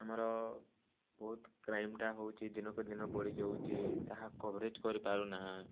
ଆମର ବହୁତ କ୍ରାଇମ୍ଟା ହେଉଛି ଦିନକୁ ଦିନ ବଢ଼ିଯାଉଛି ତାହା କଭରେଜ୍ କରି ପାରୁନାହାଁ